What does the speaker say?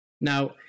Now